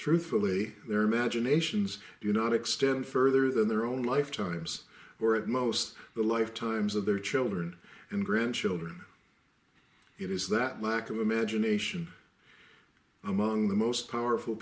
truthfully their imaginations you not extend further than their own lifetimes or at most the lifetimes of their children and grandchildren it is that lack of imagination among the most powerful